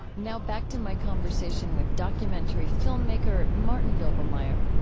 now back to my conversation with documentary filmmaker martin doblmeier